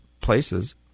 Places